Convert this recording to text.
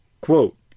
quote